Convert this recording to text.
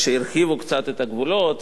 כשהרחיבו קצת את הגבולות,